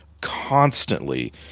Constantly